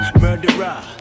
Murderer